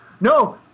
No